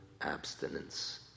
abstinence